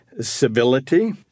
civility